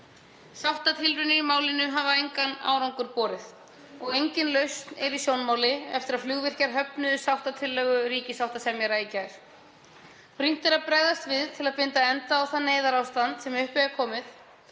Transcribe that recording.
Sáttatilraunir í málinu hafa engan árangur borið og engin lausn er í sjónmáli eftir að flugvirkjar höfnuðu sáttatillögu ríkissáttasemjara í gær. Brýnt er að bregðast við til að binda enda á það neyðarástand sem upp er komið.